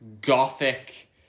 gothic